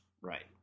Right